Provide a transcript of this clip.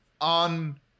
on